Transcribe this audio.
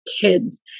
Kids